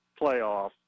playoff